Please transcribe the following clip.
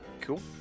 Cool